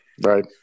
Right